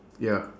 ya